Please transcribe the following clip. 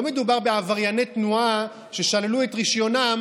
לא מדובר בעברייני תנועה ששללו את רישיונם